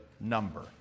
number